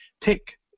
pick